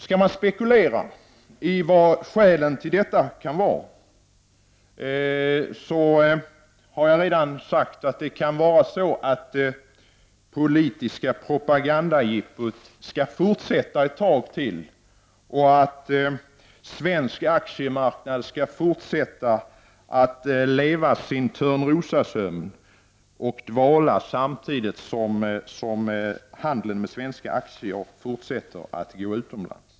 Skall man spekulera i vad skälet till detta kan vara, har jag redan sagt att det kan vara så att det politiska propagandajippot skall fortsätta ett tag till, och att svensk aktiemarknad skall fortsätta att sova sin Törnrosasömn och ligga i dvala samtidigt som handeln med svenska aktier fortsätter att gå utomlands.